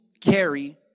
carry